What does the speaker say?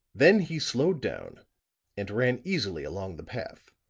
then he slowed down and ran easily along the path,